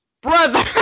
brother